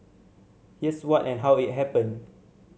here's what and how it happened